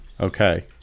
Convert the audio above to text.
okay